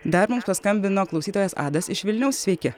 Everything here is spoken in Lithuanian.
dar mums paskambino klausytojas adas iš vilniaus sveiki